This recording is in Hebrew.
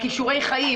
כישורי חיים,